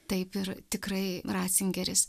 taip ir tikrai ratzingeris